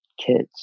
kids